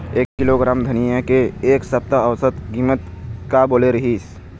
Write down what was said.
एक किलोग्राम धनिया के एक सप्ता औसत कीमत का बोले रीहिस?